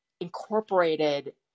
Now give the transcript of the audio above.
incorporated